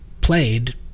played